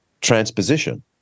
transposition